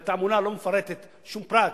והתעמולה לא מפרטת שום פרט,